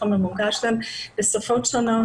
החומר מוגש להם בשפות שונות,